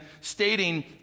stating